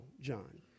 John